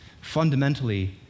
fundamentally